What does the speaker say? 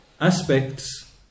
aspects